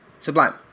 Sublime